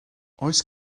oes